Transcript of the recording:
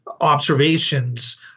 observations